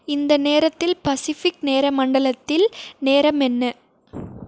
இந்த நேரத்தில் பசிஃபிக் நேர மண்டலத்தில் நேரம் என்ன